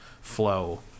flow